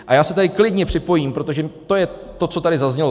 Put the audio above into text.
A já se tady klidně připojím, protože to je to, co tady taky zaznělo.